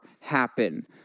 happen